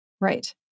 Right